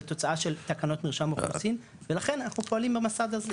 תוצאה של תקנות מרשם האוכלוסין ולכן אנחנו פועלים במסד הזה.